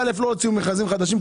רק שעד היום לא הוציאו מכרזים חדשים.